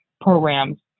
programs